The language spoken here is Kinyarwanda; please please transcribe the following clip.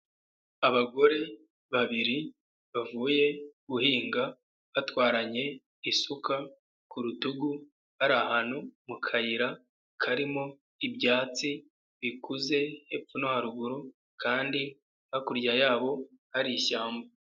Abagore babiri bavuye guhinga batwaranye isuka ku rutugu, bari ahantu mu kayira karimo ibyatsi bikuze hepfo no haruguru kandi hakurya yabo hari ishyamba.